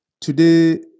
Today